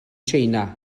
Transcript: china